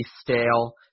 stale